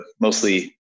mostly